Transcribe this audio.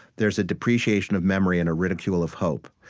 there's a depreciation of memory and a ridicule of hope.